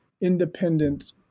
independent